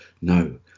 no